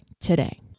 today